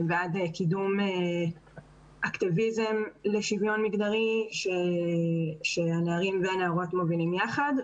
קידום אקטיביזם לשוויון מגדרי שהנערים והנערות מובילים יחד,